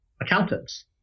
accountants